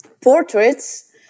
portraits